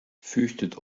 fürchtet